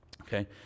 okay